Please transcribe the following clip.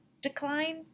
decline